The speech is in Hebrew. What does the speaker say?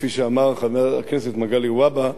כפי שאמר חבר הכנסת מגלי והבה,